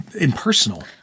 impersonal